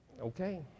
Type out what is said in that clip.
okay